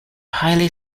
highly